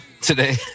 today